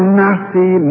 mercy